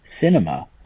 cinema